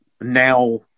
Now